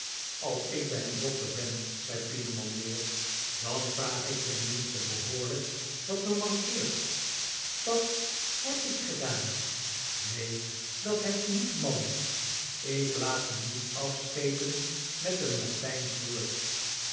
as ik bij n dokter ben zei pieneman weer dan vraag ik tenminste behoorlijk wat me mankeert dat hèb ik gedaan nee dat heb je niet man ik laat me niet afschepen met n latijnsch woord